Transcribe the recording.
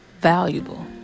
valuable